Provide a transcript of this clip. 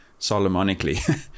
solomonically